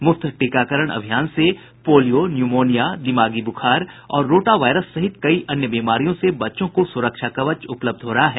मुफ्त टीकाकरण अभियान से पोलियो न्यूमोनिया दिमागी बुखार और रोटा वायरस सहित अन्य कई बीमारियों से बच्चों को सुरक्षा कवच उपलब्ध हो रहा है